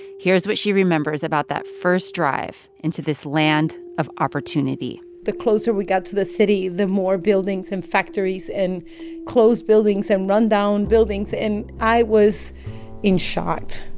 here's what she remembers about that first drive into this land of opportunity the closer we got to the city, the more buildings and factories and closed buildings and run-down buildings, and i was in shock.